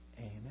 Amen